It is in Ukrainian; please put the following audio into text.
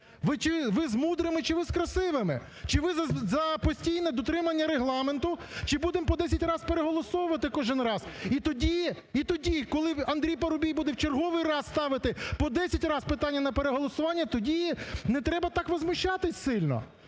ви з мудрими чи ви з красивими. Чи ви за постійне дотримання Регламенту, чи будемо по десять раз переголосовувати кожен раз. І тоді, і тоді, коли Андрій Парубій буде в черговий раз ставити по десять раз питання на переголосування, тоді не треба так возмущатись сильно.